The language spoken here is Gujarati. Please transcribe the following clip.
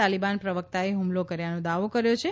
તાલીબાન પ્રવક્તાએ હુમલો કર્યાનો દાવો કર્યો છે